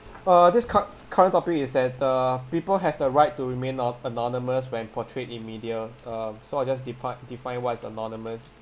uh this cur~ current topic is that uh people has the right to remain not~ anonymous when portrayed in media um so I'll just depi~ define what is anonymous